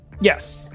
Yes